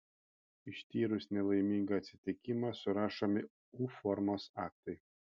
ištyrus nelaimingą atsitikimą surašomi u formos aktai